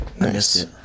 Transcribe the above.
Nice